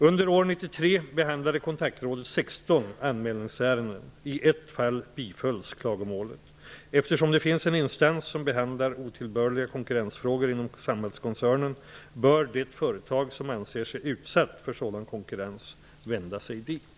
Under år Eftersom det finns en instans som behandlar otillbörliga konkurrensfrågor inom Samhallkoncernen bör det företag som anser sig utsatt för sådan konkurrens vända sig dit.